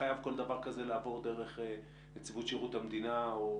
חייב כל דבר כזה לעבור דרך נציבות שירות המדינה או